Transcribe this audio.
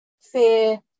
fear